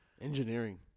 engineering